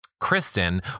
Kristen